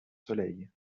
soleil